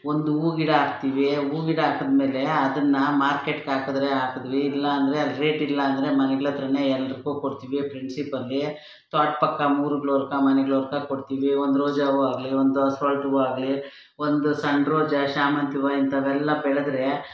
ಒಂದು ಹೂ ಗಿಡ ಹಾಕ್ತೀವಿ ಹೂ ಗಿಡ ಹಾಕಿದ್ಮೇಲೆ ಅದನ್ನು ಮಾರ್ಕೆಟ್ಗೆ ಹಾಕಿದ್ರೆ ಹಾಕಿದ್ವಿ ಇಲ್ಲ ಅಂದರೆ ಅದು ರೇಟಿಲ್ಲ ಅಂದರೆ ಮನೆಗಳತ್ರನೇ ಎಲ್ರಿಗೂ ಕೊಡ್ತೀವಿ ಫ್ರೆಂಡ್ಸಿಪ್ಪಲ್ಲಿ ತ್ವಾಟ ಪಕ್ಕಾ ಮನೆಗಳತ್ರ ಕೊಡ್ತೀವಿ ಒಂದು ರೋಜಾ ಹೂವಾಗಲಿ ಒಂದು ದಾಸ್ವಾಳದ ಹೂವು ಆಗಲಿ ಒಂದು ಸಣ್ಣ ರೋಜಾ ಶ್ಯಾಮಂತಿಗೆ ಹೂವು ಇಂಥವೆಲ್ಲ ಬೆಳೆದರೆ